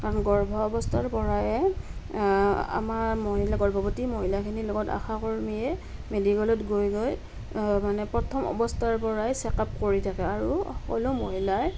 কাৰণ গৰ্ভাৱস্থাৰ পৰাই আমাৰ মহিলা গৰ্ভৱতী মহিলাখিনিৰ লগত আশা কৰ্মীয়ে মেডিকেলত গৈ গৈ মানে প্ৰথম অৱস্থাৰ পৰাই চেক আপ কৰি থাকে আৰু সকলো মহিলাই